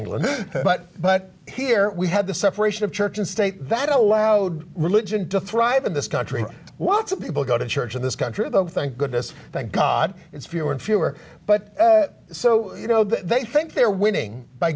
england but but here we have the separation of church and state that allowed religion to thrive in this country what some people go to church in this country though thank goodness thank god it's fewer and fewer but so you know they think they're winning by